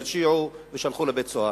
הרשיעו ושלחו לבית-סוהר.